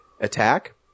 attack